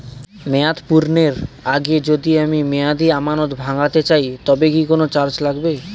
মেয়াদ পূর্ণের আগে যদি আমি মেয়াদি আমানত ভাঙাতে চাই তবে কি কোন চার্জ লাগবে?